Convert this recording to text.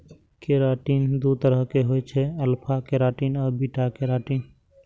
keratin दू तरहक होइ छै, अल्फा केराटिन आ बीटा केराटिन